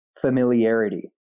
familiarity